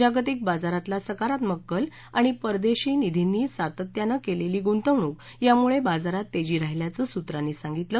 जागतिक बाजारातला सकारात्मक कल आणि परदेशी निधींनी सातत्यानं केलेली गुंतवणूक यामुळे बाजारात तेजी राहिल्याचं सूत्रांनी सांगितलं